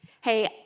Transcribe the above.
Hey